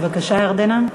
בבקשה, ירדנה.